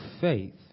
faith